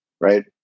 right